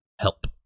help